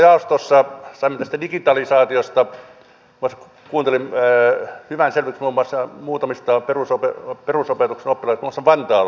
tuolla jaostossa saimme tästä digitalisaatiosta hyvän selvityksen muun muassa muutamista perusopetuksen oppilaitoksista muun muassa vantaalla